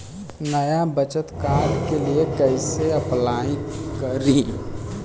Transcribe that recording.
नया बचत कार्ड के लिए कइसे अपलाई करी?